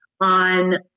on